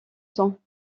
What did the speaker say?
temps